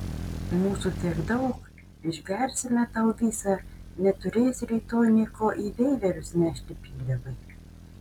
mūsų tiek daug išgersime tau visą neturėsi rytoj nė ko į veiverius nešti pyliavai